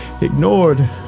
ignored